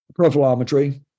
profilometry